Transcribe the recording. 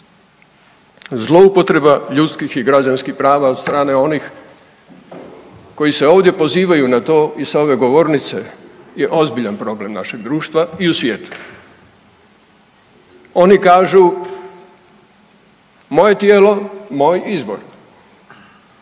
Zloupotreba ljudskih i građanskih prava od strane onih koji se ovdje pozivaju na to i sa ove govornice je ozbiljan problem našeg društva i u svijetu. Oni kažu moje tijelo, moj izbor.